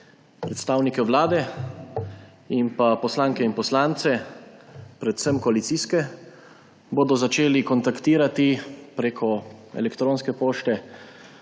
Predstavnike vlade in pa poslanke in poslance, predvsem koalicijske, bodo začeli kontaktirati prek elektronske pošte,